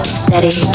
steady